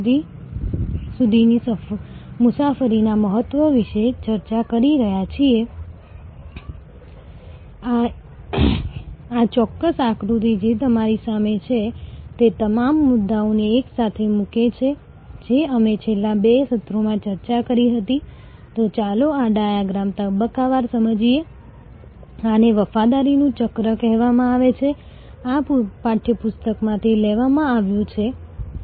જેમ કે અમે આ પિરામિડની ચર્ચા કરીએ છીએ કે સૌ પ્રથમ તમારી પાસે સેવાની ગુણવત્તા હોવી જોઈએ અને સેવાની ગુણવત્તા આપમેળે ગ્રાહક સંતોષ તરફ દોરી જશે નહીં ગ્રાહક સંતોષ સુધી પહોંચવા માટે તમારી પાસે વ્યવસ્થિત પ્રક્રીયા હોવી જોઈએ